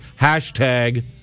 hashtag